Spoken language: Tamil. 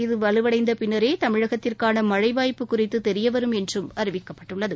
இது வலுவடைந்த பின்னரே தமிழகத்திற்கான மழழ வாய்ப்பு குறித்து தெியவரும் என்றும் அறிவிக்கப்பட்டுள்ளது